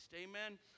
amen